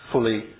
Fully